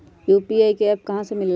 UPI का app कहा से मिलेला?